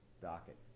docket